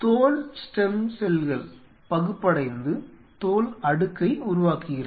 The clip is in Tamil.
தோல் ஸ்டெம் செல்கள் பகுப்படைந்து தோல் அடுக்கை உருவாக்குகிறது